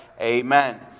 Amen